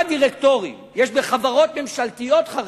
דירקטורים בחברות ממשלתיות חרדים?